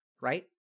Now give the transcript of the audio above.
right